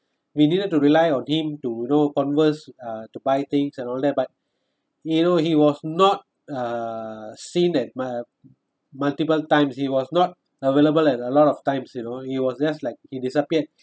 we needed to rely on him to know converse uh to buy things and all that but you know he was not uh seen that mul~ multiple times he was not available at a lot of times you know he was just like he disappeared